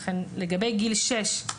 לכן לגבי גיל שש,